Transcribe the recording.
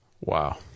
Wow